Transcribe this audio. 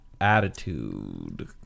attitude